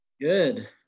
Good